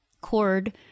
Cord